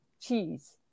cheese